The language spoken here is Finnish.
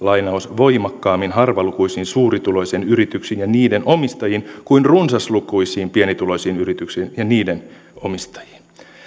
voimakkaammin harvalukuisiin suurituloisiin yrityksiin ja niiden omistajiin kuin runsaslukuisiin pienituloisiin yrityksiin ja niiden omistajiin